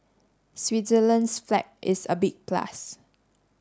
Switzerland's flag is a big plus